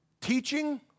teaching